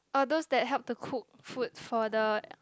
all those that help to cook food for the